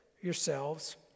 yourselves